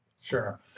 sure